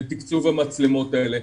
לתקצוב המצלמות האלה.